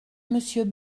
monsieur